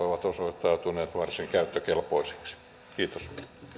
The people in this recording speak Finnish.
ovat osoittautuneet varsin käyttökelpoisiksi kiitos